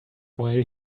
while